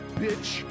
bitch